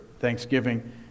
Thanksgiving